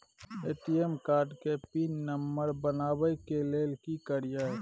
ATM card के PIN number बनाबै के लेल की करिए?